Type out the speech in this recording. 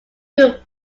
good